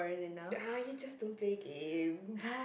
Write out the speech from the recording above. ah you just don't play games